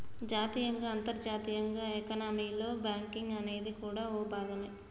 జాతీయంగా అంతర్జాతీయంగా ఎకానమీలో బ్యాంకింగ్ అనేది కూడా ఓ భాగమే